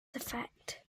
effect